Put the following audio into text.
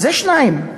זה, שתיים.